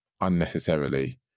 unnecessarily